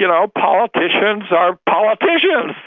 you know politicians are politicians,